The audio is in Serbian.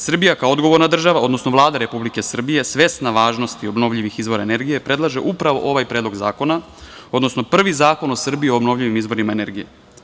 Srbija kao odgovorna država, odnosno Vlada Republike Srbije je svesna važnosti obnovljivih izvora energije predlaže upravo ovaj predlog zakona, odnosno prvi zakon u Srbiji o obnovljivim izvorima energije.